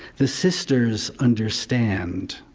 the sisters understand.